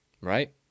right